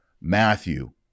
Matthew